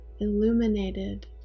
illuminated